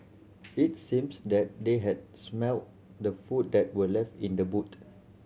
it seems that they had smelt the food that were left in the boot